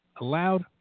allowed